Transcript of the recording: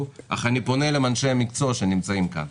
אך אני פונה לאנשי המקצוע שנמצאים כאן: